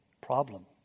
problem